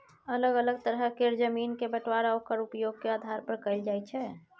अलग अलग तरह केर जमीन के बंटबांरा ओक्कर उपयोग के आधार पर कएल जाइ छै